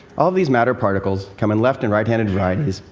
all of these matter particles come in left and right-handed varieties,